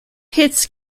hits